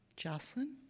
Jocelyn